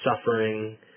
suffering